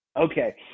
Okay